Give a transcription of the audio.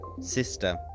sister